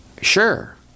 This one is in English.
sure